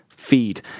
feed